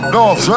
North